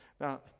Now